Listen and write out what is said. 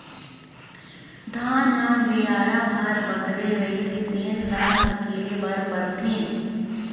धान ह बियारा भर बगरे रहिथे तेन ल सकेले बर परथे